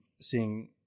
seeing